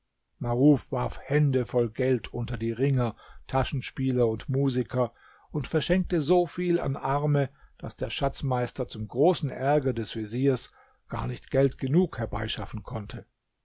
maruf warf hände voll geld unter die ringer taschenspieler und musiker und verschenkte so viel an arme daß der schatzmeister zum großen ärger des veziers gar nicht geld genug herbeischaffen konnte